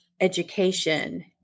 education